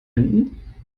emden